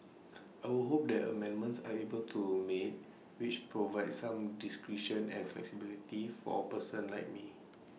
I would hope that amendments are able to be made which provide some discretion and flexibility for persons like me